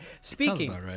speaking